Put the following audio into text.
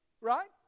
right